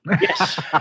Yes